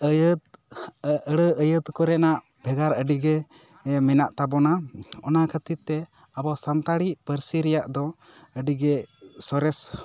ᱟᱹᱭᱟᱹᱛ ᱟᱹᱲᱟᱹ ᱟᱹᱭᱟᱹᱛ ᱠᱚᱨᱮᱱᱟᱜ ᱵᱷᱮᱜᱟᱨ ᱟᱹᱰᱤ ᱜᱮ ᱢᱮᱱᱟᱜ ᱛᱟᱵᱚᱱᱟ ᱚᱱᱟ ᱠᱷᱟᱹᱛᱤᱨ ᱛᱮ ᱟᱵᱚ ᱥᱟᱱᱛᱟᱲᱤ ᱯᱟᱹᱨᱥᱤ ᱨᱮᱭᱟᱜ ᱫᱚ ᱟᱹᱰᱤ ᱜᱮ ᱥᱚᱨᱮᱥ